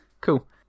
Cool